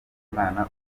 cy’umwana